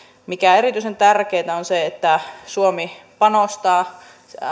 mikä on erityisen tärkeää on se että suomi panostaa